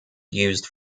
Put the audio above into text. used